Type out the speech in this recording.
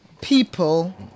people